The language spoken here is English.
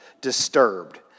disturbed